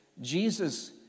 Jesus